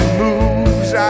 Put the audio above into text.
moves